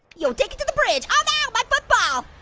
yo, take it to the bridge. oh no, my football!